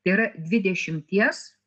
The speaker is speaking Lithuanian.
tai yra dvidešimties